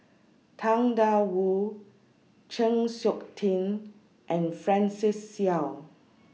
Tang DA Wu Chng Seok Tin and Francis Seow